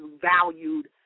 valued